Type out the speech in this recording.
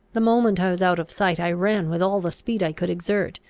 the moment i was out of sight i ran with all the speed i could exert,